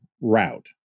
route